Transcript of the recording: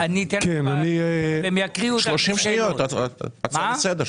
30 שניות הצעה לסדר.